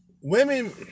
Women